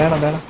of them